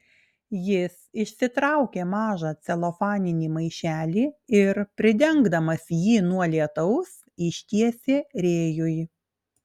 jis išsitraukė mažą celofaninį maišelį ir pridengdamas jį nuo lietaus ištiesė rėjui